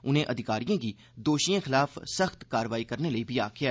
उनें अधिकारियें गी दोषियें खिलाफ सख्त कारवाई करने लेई बी आक्खेया